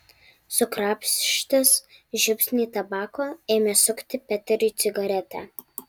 sukrapštęs žiupsnį tabako ėmė sukti peteriui cigaretę